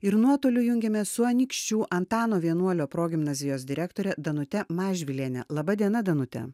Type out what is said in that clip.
ir nuotoliu jungiamės su anykščių antano vienuolio progimnazijos direktore danute mažvyliene laba diena danute